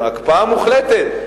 הקפאה מוחלטת.